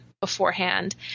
beforehand